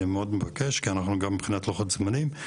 כי אנחנו בהתאם ללוחות הזמנים.